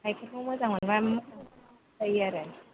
गाइखेरखौ मोजां मोनबा मोजां जायो आरो